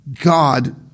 God